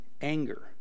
anger